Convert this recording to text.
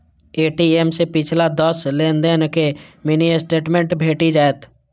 ATM सं पिछला दस लेनदेन के मिनी स्टेटमेंट भेटि जायत